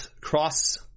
Cross